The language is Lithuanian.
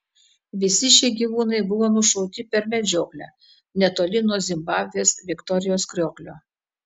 visi šie gyvūnai buvo nušauti per medžioklę netoli nuo zimbabvės viktorijos krioklio